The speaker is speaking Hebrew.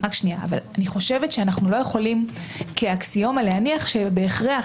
אני חושבת שאנו לא יכולים כאקסיומה להנחי שבהכרח